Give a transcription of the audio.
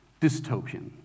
dystopian